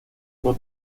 que